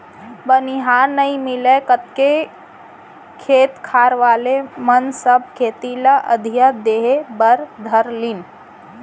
बनिहार नइ मिलय कइके खेत खार वाले मन सब खेती ल अधिया देहे बर धर लिन